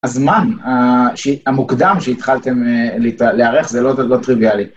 הזמן ה...שי-המוקדם שהתחלתם א...להת-לארח זה לא- זה לא טריוויאלי.